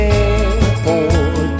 airport